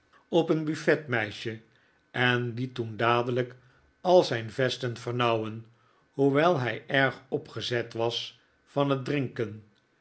op een buffetmeisje en het toen dadelijk al zijn vesten vernauwen hoewel hij erg opgezet was van het drinken